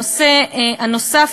הנושא הנוסף,